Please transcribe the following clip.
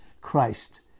Christ